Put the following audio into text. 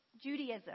Judaism